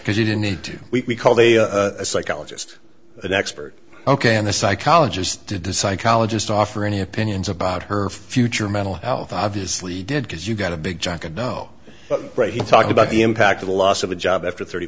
because you didn't need to we called a psychologist an expert ok and a psychologist did the psychologist offer any opinions about her future mental health obviously did because you got a big job got no break he talked about the impact of the loss of a job after thirty